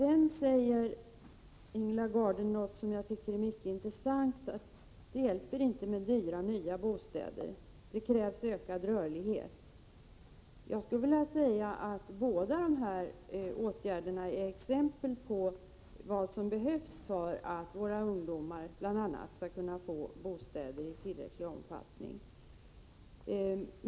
Ingela Gardner säger något som är mycket intressant, nämligen att det inte hjälper med dyra nya bostäder utan att det krävs ökad rörlighet. Jag skulle vilja säga att båda dessa åtgärder är exempel på vad som behövs för att bl.a. våra ungdomar skall kunna få bostäder i tillräcklig omfattning.